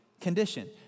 condition